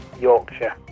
Yorkshire